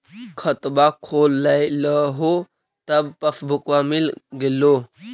खतवा खोलैलहो तव पसबुकवा मिल गेलो?